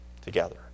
together